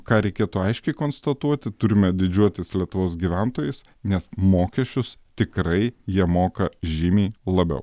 ką reikėtų aiškiai konstatuoti turime didžiuotis lietuvos gyventojais nes mokesčius tikrai jie moka žymiai labiau